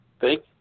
Thank